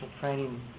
training